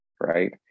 right